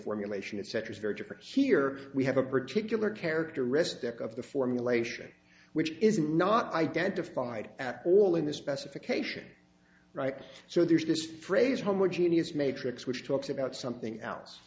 formulation etc very different here we have a particular characteristic of the formulation which is not identified at all in the specification right so there's this phrase homogeneous matrix which talks about something else